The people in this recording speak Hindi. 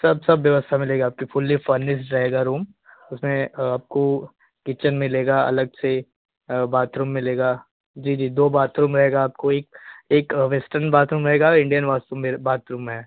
सब सब व्यवस्था मिलेगी आपकी फ़ुल्ली फ़र्नीश्ड उसमें आपको किचन मिलेगा अलग से बाथरूम मिलेगा जी जी दो बाथरूम रहेगा आपको एक एक वेस्टेर्न बाथरूम रहेगा और इंडियन वाॅसरूम मेरे बाथरूम है